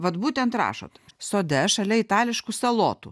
vat būtent rašot sode šalia itališkų salotų